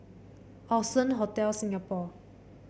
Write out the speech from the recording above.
Allson Hotel Singapore